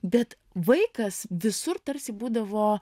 bet vaikas visur tarsi būdavo